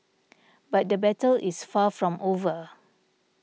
but the battle is far from over